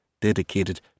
dedicated